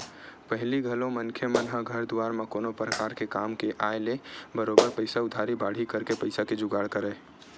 पहिली घलो मनखे मन ह घर दुवार म कोनो परकार के काम के आय ले बरोबर पइसा उधारी बाड़ही करके पइसा के जुगाड़ करय